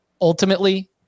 Ultimately